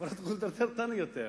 ולא תוכלו לטרטר אותנו יותר.